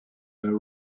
were